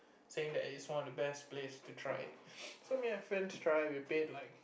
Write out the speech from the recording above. saying that it is one of the best place to try so me and my friends try we paid like